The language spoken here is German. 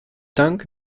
dank